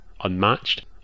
unmatched